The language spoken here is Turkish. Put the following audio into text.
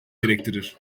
gerektirir